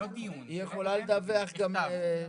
התשפ"ב-2021.